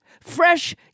fresh